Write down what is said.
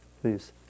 Please